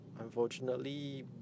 unfortunately